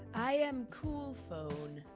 i am coolphone,